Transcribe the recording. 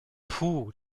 puh